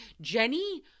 Jenny